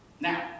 Now